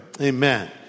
Amen